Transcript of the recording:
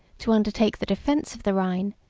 to undertake the defence of the rhine,